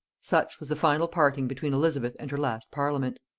such was the final parting between elizabeth and her last parliament!